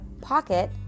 pocket